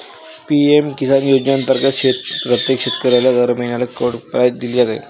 PM Kisan योजनेअंतर्गत प्रत्येक शेतकऱ्याला दर महिन्याला कोड प्राईज दिली जाते